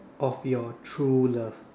of your true love